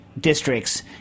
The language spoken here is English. districts